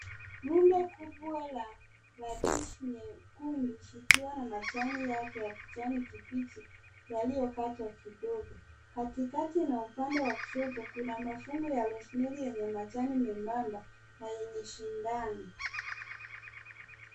Rundo kubwa la radish nyekundu zikiwa na majani yake ya kijani kibichi yaliyokatwa kidogo. Katikati na upande wa kushoto kuna mavuno ya rosemary yenye majani membamba na yenye shindano.